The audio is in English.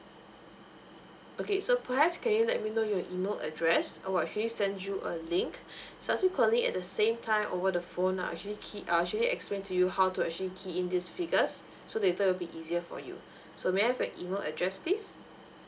okay so perhaps can you let me know your email address I will actually send you a link subsequently at the same time over the phone I'll actually key err I'll actually explain to you how to actually key in this figures so later would be easier for so may I have your email address please